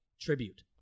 tribute